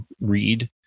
read